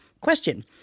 Question